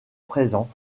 présents